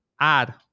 add